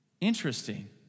Interesting